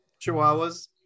chihuahuas